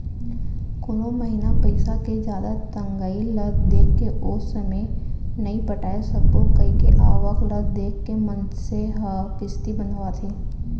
कोनो महिना पइसा के जादा तंगई ल देखके ओ समे नइ पटाय सकबो कइके आवक ल देख के मनसे ह किस्ती बंधवाथे